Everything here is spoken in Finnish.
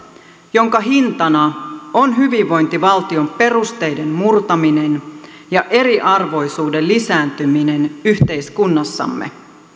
jonka hintana on hyvinvointivaltion perusteiden murtaminen ja eriarvoisuuden lisääntyminen yhteiskunnassamme